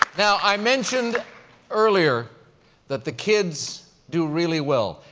now, i mentioned earlier that the kids do really well.